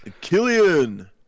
Killian